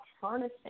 harnessing